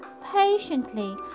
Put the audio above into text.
patiently